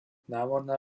námorná